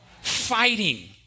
Fighting